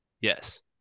Yes